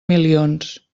milions